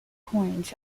points